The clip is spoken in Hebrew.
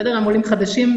הם עולים חדשים,